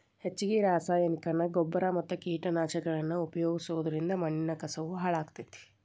ಹೆಚ್ಚಗಿ ರಾಸಾಯನಿಕನ ಗೊಬ್ಬರ ಮತ್ತ ಕೇಟನಾಶಕಗಳನ್ನ ಉಪಯೋಗಿಸೋದರಿಂದ ಮಣ್ಣಿನ ಕಸವು ಹಾಳಾಗ್ತೇತಿ